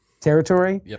Territory